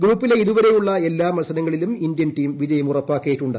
ഗ്രൂപ്പിലെ ഇതുവരെയുള്ള എല്ലാ മത്സരങ്ങളിലും ഇന്ത്യൻ ടീം വിജയം ഉറപ്പാക്കിയിട്ടുണ്ട്